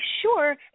sure